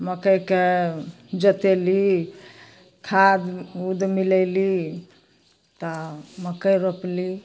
मकइके जोतेलहुँ खाद उद मिलेलहुँ तऽ मकइ रोपलहुँ